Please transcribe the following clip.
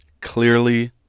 clearly